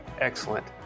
excellent